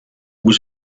was